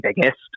biggest